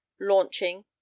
launching